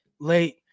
late